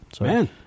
Man